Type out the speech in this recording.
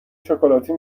شکلاتی